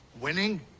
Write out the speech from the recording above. Winning